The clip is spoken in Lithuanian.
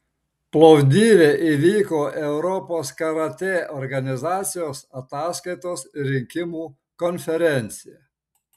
plovdive įvyko europos karatė organizacijos ataskaitos ir rinkimų konferencija